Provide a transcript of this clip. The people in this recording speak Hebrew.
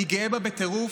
אני גאה בה בטירוף,